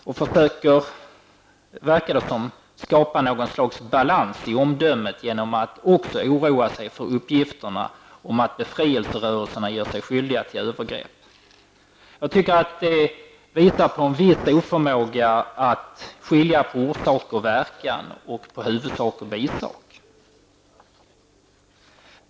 Man tycks vilja skapa något slags balans i omdömet genom att också oroa sig för uppgifterna om att befrielserörelserna gör sig skyldiga till övergrepp. Jag tycker att detta visar på en viss oförmåga att skilja på orsak och verkan och på huvudsak och bisak.